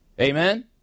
Amen